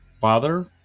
father